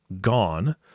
gone